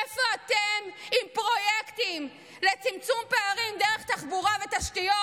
איפה אתם עם פרויקטים לצמצום פערים דרך תחבורה ותשתיות?